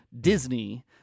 Disney